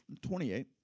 28